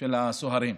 של הסוהרים.